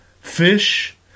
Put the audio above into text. fish